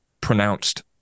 pronounced